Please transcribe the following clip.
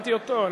הזמנתי אותו.